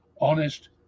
honest